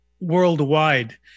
worldwide